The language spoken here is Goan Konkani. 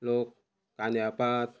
लोक कांद्या पात